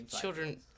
Children